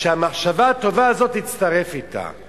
שהמחשבה הטובה הזאת תצטרף אתה.